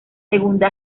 segunda